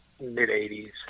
mid-80s